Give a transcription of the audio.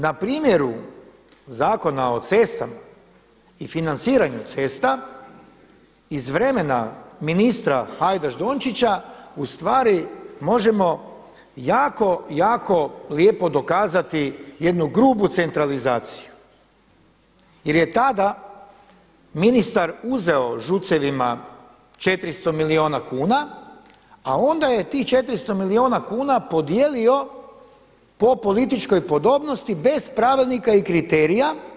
Na primjeru Zakona o cestama i financiranju cesta iz vremena ministra Hajdaš Dončića ustvari možemo jako, jako lijepo dokazati jednu grubu centralizaciju jer je tada ministar uzeo ŽUC-evima 400 milijuna kuna, a onda je tih 400 milijuna kuna podijelio po političkoj podobnosti bez pravilnika i kriterija.